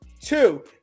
two